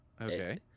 okay